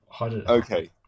Okay